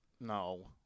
No